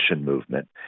movement